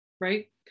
Right